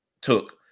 took